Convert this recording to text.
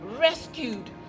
rescued